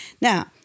Now